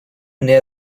near